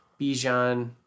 Bijan